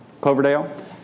Cloverdale